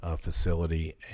facility